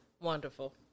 wonderful